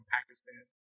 Pakistan